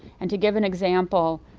and to give an example,